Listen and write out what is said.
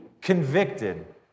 convicted